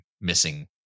missing